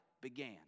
began